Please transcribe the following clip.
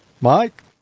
Mike